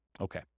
Okay